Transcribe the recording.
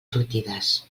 sortides